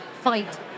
fight